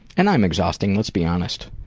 and i'm exhausting, let's be honest.